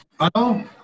Hello